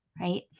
right